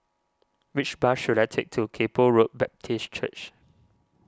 which bus should I take to Kay Poh Road Baptist Church